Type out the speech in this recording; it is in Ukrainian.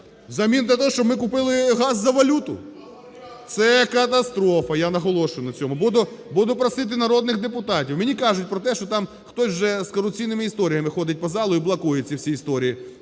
взамін на те, щоб ми купили газ за валюту! Це катастрофа, я наголошую на цьому. Буду просити народних депутатів. Мені кажуть про те, що там хтось вже з корупційними історіями ходить по залу і блокує ці всі історії.